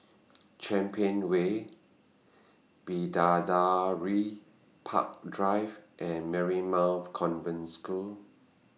Champion Way Bidadari Park Drive and Marymount Convent School